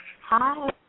Hi